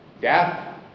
Death